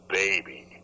baby